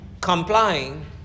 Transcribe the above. complying